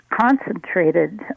concentrated